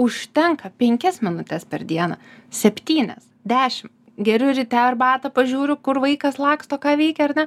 užtenka penkias minutes per dieną septynias dešim geriu ryte arbatą pažiūriu kur vaikas laksto ką veikia ar ne